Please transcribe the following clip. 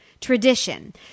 tradition